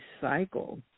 cycle